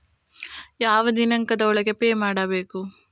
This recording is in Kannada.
ಯಾವ ದಿನಾಂಕದ ಒಳಗೆ ಪೇ ಮಾಡಬೇಕು?